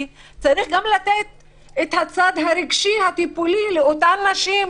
צריך גם לתת את הטיפול הרגשי לאותן נשים,